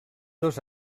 dos